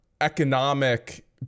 economic